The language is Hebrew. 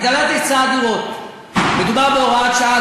הגדלת היצע הדירות, מדובר בהוראת שעה.